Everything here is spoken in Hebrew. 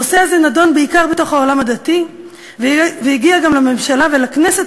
הנושא הזה נדון בעיקר בתוך העולם הדתי והגיע גם לממשלה ולכנסת,